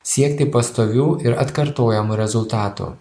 siekti pastovių ir atkartojamų rezultatų